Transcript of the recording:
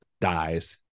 dies